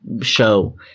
show